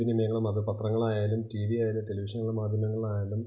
വിനിമയങ്ങളും അത് പത്രങ്ങളായാലും ടിവി ആയാലും ടെലിവിഷനുകൾ മാധ്യമങ്ങൾ ആയാലും